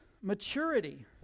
maturity